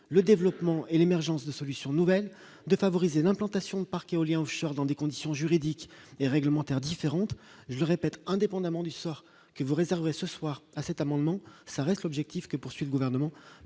le développement et l'émergence de solutions nouvelles, de favoriser l'implantation par qui éolien Offshore dans des conditions juridiques et réglementaires différentes, je répète, indépendamment du sort que vous réservez ce soir à cet amendement, ça reste l'objectif que poursuivent gouvernement